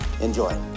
Enjoy